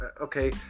okay